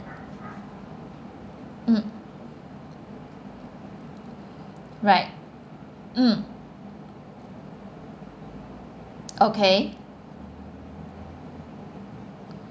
mm right mm okay